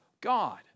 God